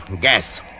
gas